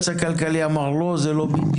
והיועץ הכלכלי אמר: לא, זה לא בדיוק.